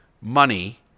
money